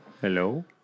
hello